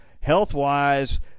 Health-wise